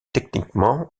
techniquement